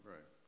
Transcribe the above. Right